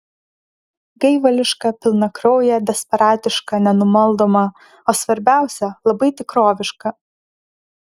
gaivališką pilnakrauję desperatišką nenumaldomą o svarbiausia labai tikrovišką